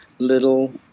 little